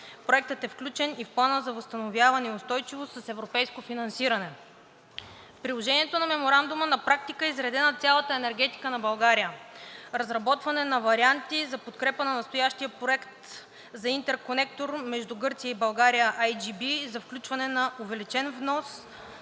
Проектът е включен и в Плана за възстановяване и устойчивост с европейско финансиране. В приложението на Меморандума на практика е изредена цялата енергетика на България: - разработване на варианти за подкрепа на настоящия проект за интерконектор между Гърция и България – IGB, за включване на увеличен внос